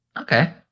Okay